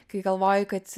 kai galvoji kad